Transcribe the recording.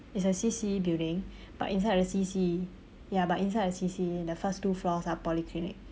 it's a C_C building but inside the C_C ya but inside the C_C the first two floors are polyclinic